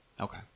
Okay